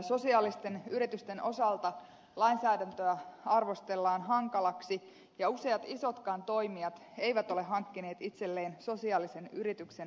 sosiaalisten yritysten osalta lainsäädäntöä arvostellaan hankalaksi ja useat isotkaan toimijat eivät ole hankkineet itselleen sosiaalisen yrityksen statusta